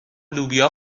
لوبیا